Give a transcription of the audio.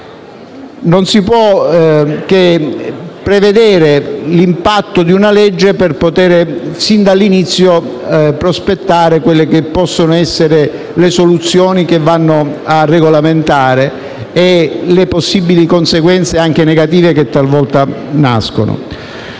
Non si può che studiare l'impatto di una legge per poter sin dall'inizio prospettare le soluzioni che si vanno a regolamentare e le possibili conseguenze, anche negative, che talvolta nascono.